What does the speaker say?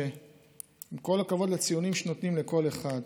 עם כל הכבוד לציונים שנותנים לכל אחד,